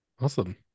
Awesome